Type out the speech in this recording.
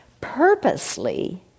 purposely